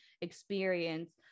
experience